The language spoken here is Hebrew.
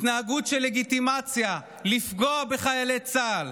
התנהגות של לגיטימציה לפגוע בחיילי צה"ל,